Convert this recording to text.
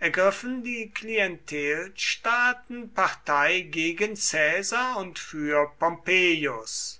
ergriffen die klientelstaaten partei gegen caesar und für pompeius